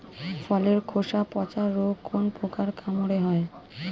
ফলের খোসা পচা রোগ কোন পোকার কামড়ে হয়?